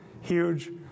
huge